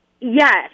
Yes